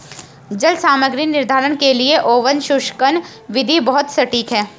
जल सामग्री निर्धारण के लिए ओवन शुष्कन विधि बहुत सटीक है